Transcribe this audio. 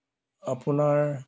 আপোনাৰ